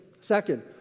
Second